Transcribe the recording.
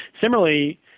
similarly